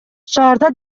шаарда